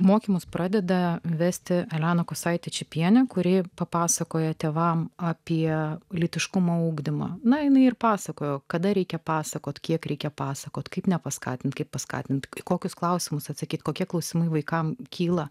mokymus pradeda vesti elena kosaitė čypienė kuri papasakojo tėvams apie lytiškumo ugdymą na jinai ir pasakojo kada reikia pasakot kiek reikia pasakot kaip nepaskatinti kaip paskatinti kokius klausimus atsakyti kokie klausimai vaikams kyla